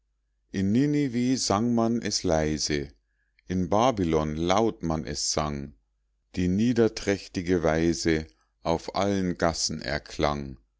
man es leise in babylon laut man es sang die niederträchtige weise auf allen gassen erklang